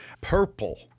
Purple